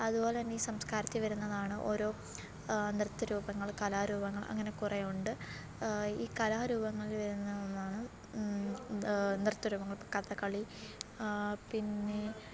അതുപോലതന്നെ ഈ സംസ്കാരത്തില് വരുന്നതാണ് ഓരോ നൃത്തരൂപങ്ങള് കലാരൂപങ്ങള് അങ്ങനെ കുറേ ഉണ്ട് ഈ കലാരൂപങ്ങളിൽ വരുന്ന ഒന്നാണ് നൃത്തരൂപങ്ങൾ കഥകളി പിന്നെ